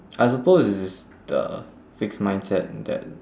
I suppose it's the fixed mindset that